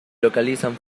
localizan